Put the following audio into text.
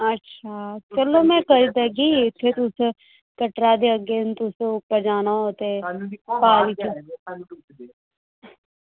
अच्छा चलो में करी देगी इत्थें तुसें कटरा दे अग्गें तुसें उप्पर जाना ते